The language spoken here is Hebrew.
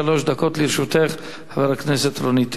שלוש דקות לרשותך, חברת הכנסת רונית תירוש.